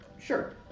Sure